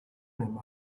him